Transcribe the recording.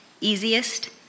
easiest